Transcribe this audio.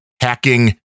hacking